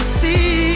see